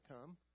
come